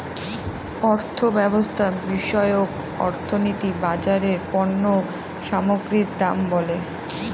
অর্থব্যবস্থা বিষয়ক অর্থনীতি বাজারে পণ্য সামগ্রীর দাম বলে